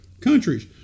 countries